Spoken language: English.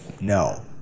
No